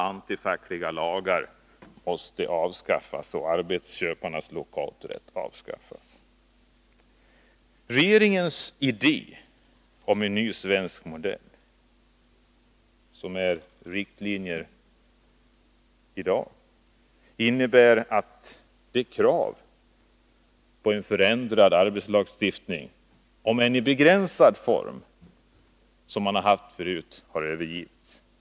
Antifackliga lagar och arbetsköparnas lockouträtt måste avskaffas. Regeringens idé om en ny svensk modell, som den förs fram i dag, innebär att de tidigare kraven på en förändrad arbetsrättslagstiftning — om än i begränsad form — har övergivits.